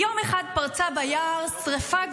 יום אחד פרצה ביער שרפה גדולה.